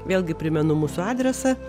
vėlgi primenu mūsų adresą